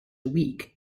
week